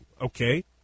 okay